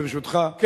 ברשותך,